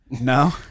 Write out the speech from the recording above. No